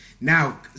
Now